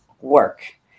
work